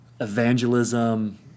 evangelism